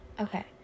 okay